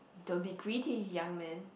don't be greedy young man